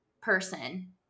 person